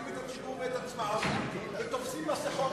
את הציבור ואת עצמם ותופסים מסכות,